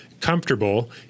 comfortable